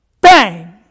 Bang